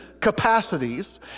capacities